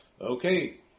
Okay